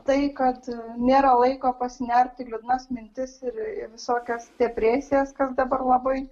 tai kad nėra laiko pasinerti į liūdnas mintis ir visokias depresijas kas dabar labai